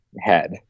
head